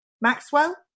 Maxwell